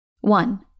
one